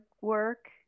work